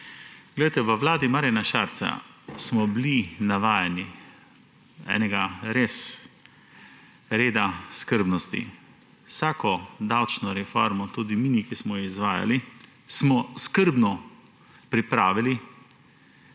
proračunu. V vladi Marjana Šarca smo bili navajeni enega res reda, skrbnosti. Vsako davčno reformo, tudi mini, ki smo jo izvajali, smo skrbno pripravili,